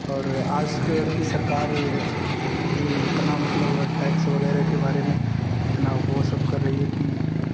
और आजकल की सरकार भी इतना मतलब टैक्स वगैरह के बारे में इतना वह सब कर रही है कि